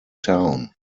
town